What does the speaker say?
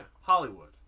Hollywood